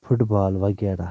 foot بال وغیرہ